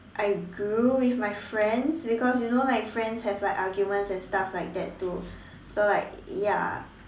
I grew with my friends because you know like friends have like arguments and stuff like that too so like ya